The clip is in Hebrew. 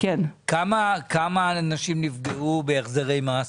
כמה אנשים נפגעו בהחזרי מס?